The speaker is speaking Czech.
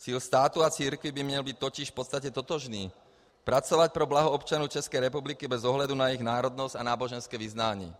Cíl státu a církví by měl být totiž v podstatě totožný: pracovat pro blaho občanů České republiky bez ohledu na jejich národnost a náboženské vyznání.